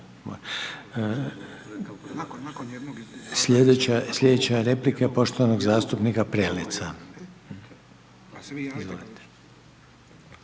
slijedeća replika poštovanog zastupnika Alena